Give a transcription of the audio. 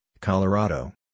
Colorado